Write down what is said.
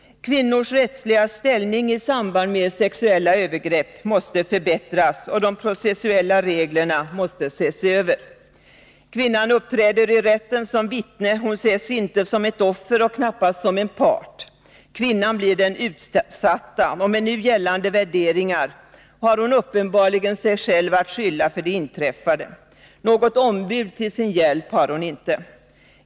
Kvinnors rättsliga ställning i samband med sexuella övergrepp måste förbättras, och de processuella reglerna måste ses över. Kvinnan uppträder i rätten som vittne — hon ses inte som ett offer och knappast som en part. Kvinnan blir den utsatta — och med nu gällande värderingar har hon uppenbarligen sig själv att skylla för det inträffade. Något ombud till sin hjälp har hon inte.